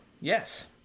yes